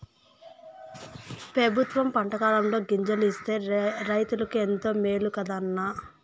పెబుత్వం పంటకాలంలో గింజలు ఇస్తే రైతులకు ఎంతో మేలు కదా అన్న